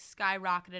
skyrocketed